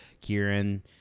Kieran